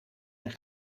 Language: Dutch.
een